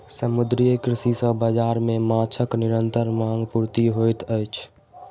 समुद्रीय कृषि सॅ बाजार मे माँछक निरंतर मांग पूर्ति होइत अछि